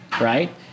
right